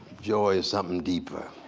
joy is something deeper